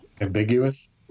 Ambiguous